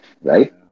right